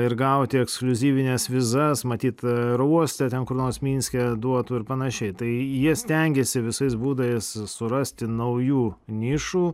ir gauti ekskliuzyvines vizas matyt aerouoste ten kur nors minske duotų ir panašiai tai jie stengiasi visais būdais surasti naujų nišų